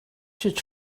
should